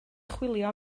chwilio